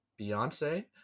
Beyonce